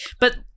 But-